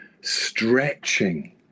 stretching